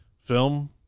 film